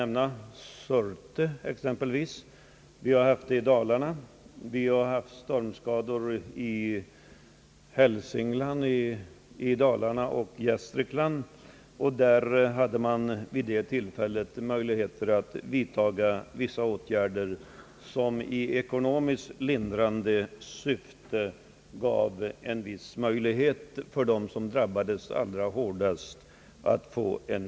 Jag kan exempelvis nämna Surtekatastrofen, Vi har haft stormskador i Dalarna, i Hälsingland och i Gästrikland. Vid dessa tillfällen var det möjligt ait vidtaga vissa åtgärder i ekonomiskt lindrande syfte i form av ersättning till de allra hårdast drabbade.